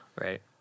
right